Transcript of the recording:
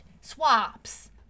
swaps